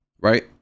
Right